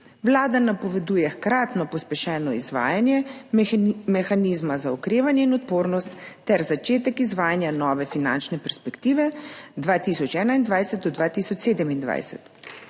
Vlada napoveduje hkratno pospešeno izvajanje Mehanizma za okrevanje in odpornost ter začetek izvajanja nove finančne perspektive 2021 do 2027.